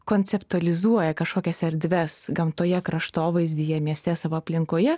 konceptualizuoja kažkokias erdves gamtoje kraštovaizdyje mieste savo aplinkoje